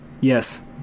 Yes